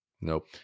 Nope